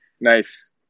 Nice